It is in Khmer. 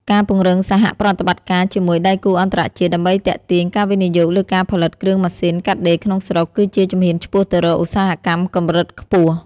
ការពង្រឹងសហប្រតិបត្តិការជាមួយដៃគូអន្តរជាតិ ដើម្បីទាក់ទាញការវិនិយោគលើការផលិតគ្រឿងម៉ាស៊ីនកាត់ដេរក្នុងស្រុក គឺជាជំហានឆ្ពោះទៅរកឧស្សាហកម្មកម្រិតខ្ពស់។